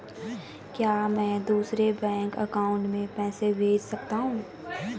क्या मैं दूसरे बैंक अकाउंट में पैसे भेज सकता हूँ?